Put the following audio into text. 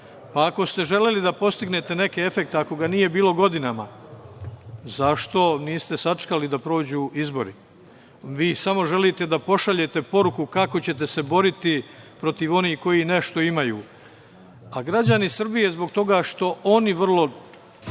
pa ako ste želeli da postignete neki efekat, ako ga nije bilo godinama – zašto niste sačekali da prođu izbori? Vi samo želite da pošaljete poruku kako ćete se boriti protiv onih koji nešto imaju, a građani Srbije zbog toga što oni vrlo